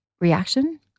reaction